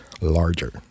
larger